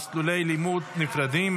מסלולי לימוד נפרדים),